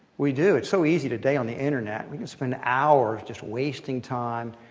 we do. it's so easy today on the internet. we can spend hours just wasting time.